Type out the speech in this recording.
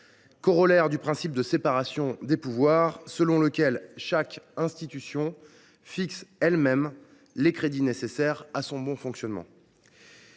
corollaire du principe de séparation des pouvoirs, selon lequel chaque institution fixe elle même les crédits nécessaires à son bon fonctionnement.